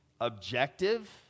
objective